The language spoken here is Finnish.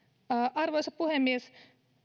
arvoisa puhemies